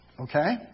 okay